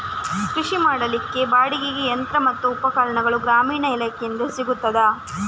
ಕೃಷಿ ಮಾಡಲಿಕ್ಕೆ ಬಾಡಿಗೆಗೆ ಯಂತ್ರ ಮತ್ತು ಉಪಕರಣಗಳು ಗ್ರಾಮೀಣ ಇಲಾಖೆಯಿಂದ ಸಿಗುತ್ತದಾ?